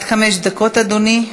עד חמש דקות, אדוני.